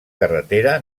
carretera